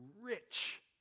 rich